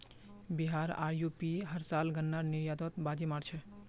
बिहार आर यू.पी हर साल गन्नार निर्यातत बाजी मार छेक